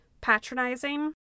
patronizing